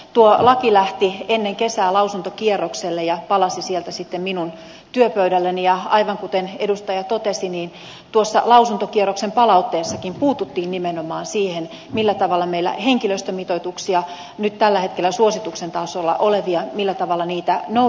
tuo laki lähti ennen kesää lausuntokierrokselle ja palasi sieltä sitten minun työpöydälleni ja aivan kuten edustaja totesi tuossa lausuntokierroksen palautteessakin puututtiin nimenomaan siihen millä tavalla meillä henkilöstömitoituksia nyt tällä hetkellä suosituksen tasolla olevia noudatetaan